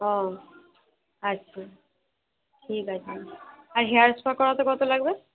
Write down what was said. ও আচ্ছা ঠিক আছে আর হেয়ার স্পা করাতে কতো লাগবে